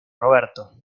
roberto